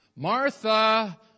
Martha